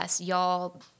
y'all